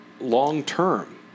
long-term